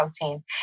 protein